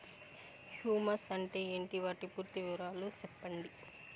Humus అంటే ఏంటి? వాటి పూర్తి వివరాలు సెప్పండి?